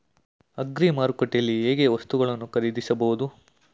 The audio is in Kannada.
ಅಗ್ರಿ ಮಾರುಕಟ್ಟೆಯಲ್ಲಿ ಹೇಗೆ ವಸ್ತುಗಳನ್ನು ಖರೀದಿಸಬಹುದು?